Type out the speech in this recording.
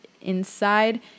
inside